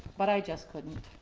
but i just couldn't.